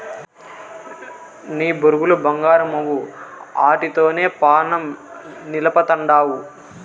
నీ బొరుగులు బంగారమవ్వు, ఆటితోనే పానం నిలపతండావ్